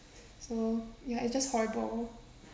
so ya it's just horrible